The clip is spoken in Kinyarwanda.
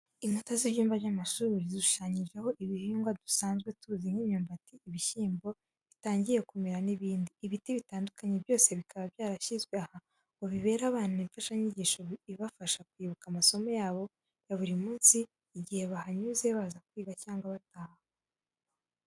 Inkuta z'ibyumba by'amashuri zishushanyijeho ibihingwa dusanzwe tuzi nk'imyumbati, ibishyimbo bitangiye kumera n'ibindi. Ibiti bitandukanye byose bikaba byarashyizwe aha ngo bibere abana imfashanyigisho ibafasha kwibuka amasomo yabo ya buri munsi igihe bahanyuze baza kwiga cyangwa bataha.